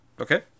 Okay